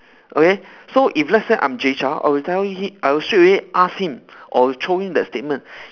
okay so if let's say I'm jay chou I will tell he I will straightaway ask him or throw him that statement